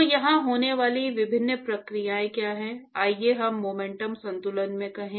तो यहां होने वाली विभिन्न प्रक्रियाएं क्या हैं आइए हम मोमेंटम संतुलन में कहें